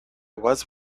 was